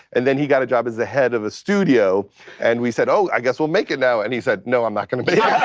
and then he got a job as the head of a studio and we said, oh, i guess we'll make it now, and he said, no, i'm not gonna make